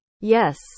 Yes